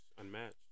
Unmatched